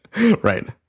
Right